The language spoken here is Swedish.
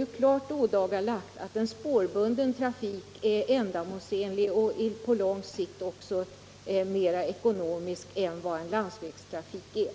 är klart ådagalagt att spårbunden trafik är mera ändamålsenlig och på lång sikt även mera ekonomisk än landsvägstrafik.